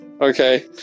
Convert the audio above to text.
okay